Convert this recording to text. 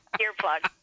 earplugs